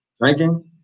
Drinking